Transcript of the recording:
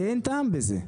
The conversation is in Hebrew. כי אין טעם בזה.